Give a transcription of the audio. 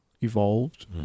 evolved